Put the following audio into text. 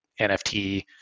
NFT